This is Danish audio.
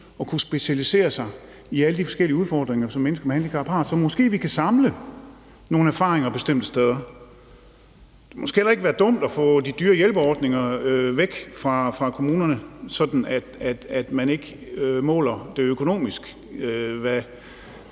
kommune at specialisere sig i alle de forskellige udfordringer, som mennesker med handicap har, så måske kan vi samle nogle erfaringer bestemte steder. Det ville måske heller ikke være dumt at få de dyre hjælperordninger væk fra kommunerne, sådan at man ikke måler det økonomisk,